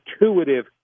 intuitive